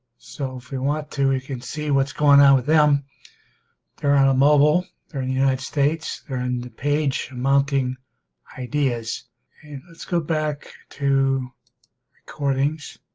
so if we want to we can see what's going on with them they're on a mobile they're in the united states they're in the page mounting ideas and let's go back to recordings